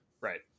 Right